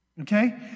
okay